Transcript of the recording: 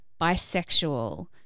bisexual